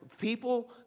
people